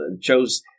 chose